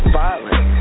violent